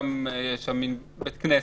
יש שם גם בית כנסת.